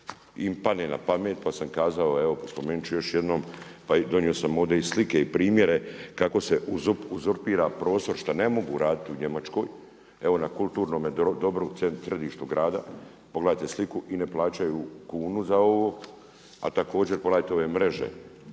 im padne na pamet pa sam kazao, evo spomenuti ću još jednom, pa donio sam ovdje i slike i primjere kako se uzorpira prostor što ne mogu raditi u Njemačkoj. Evo na kulturnome dobru u središtu grada, pogledajte sliku i ne plaćaju kunu za ovo. Ali također pogledajte ove mreže